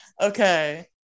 Okay